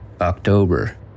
October